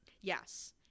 Yes